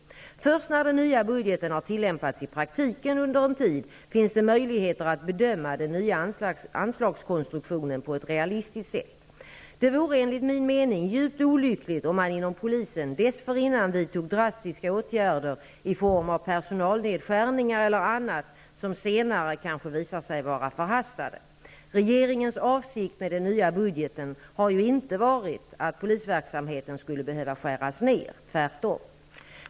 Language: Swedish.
Först när den nya budgeten har tillämpats i praktiken under en tid finns det möjligheter att bedöma den nya anslagskonstruktionen på ett realistiskt sätt. Det vore enligt min mening djupt olyckligt om man inom polisen dessförinnan vidtog drastiska åtgärder i form av personalnedskärningar eller annat, som senare kanske visar sig vara förhastade. Regeringens avsikt med den nya budgeten har ju inte varit att polisverksamheten skulle behöva skäras ned. Tvärtom.